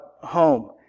home